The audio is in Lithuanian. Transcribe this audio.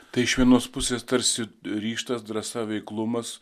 tai iš vienos pusės tarsi ryžtas drąsa veiklumas